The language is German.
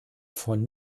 von